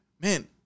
man